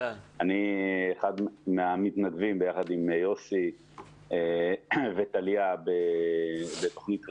אני אחד מהמתנדבים ביחד עם יוסי וטליה בתוכנית רעים.